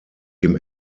dem